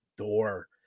door